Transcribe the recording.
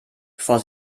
bevor